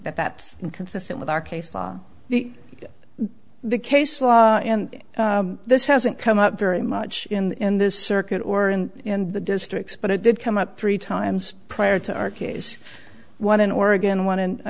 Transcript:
that that's inconsistent with our case law the the case law and this hasn't come up very much in this circuit or in the district but it did come up three times prior to our case one in oregon one in i